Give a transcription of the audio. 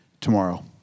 tomorrow